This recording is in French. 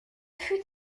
fut